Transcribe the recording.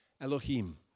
Elohim